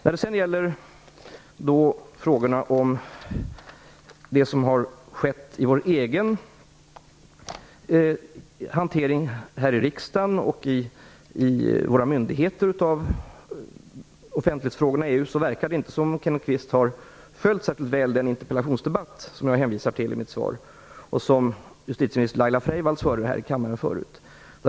När det sedan gäller frågorna om vad som har skett i vår egen hantering här i riksdagen och i våra myndigheter av frågorna om offentlighet i EU verkar det inte som om Kenneth Kvist särskilt väl har följt den interpellationsdebatt som jag hänvisar till i mitt svar och som justitieminister Laila Freivalds tidigare fört här i kammaren.